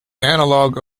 analogue